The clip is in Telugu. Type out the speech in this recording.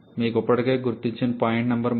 మీకు ఇప్పటికే గుర్తించిన పాయింట్ నంబర్ 3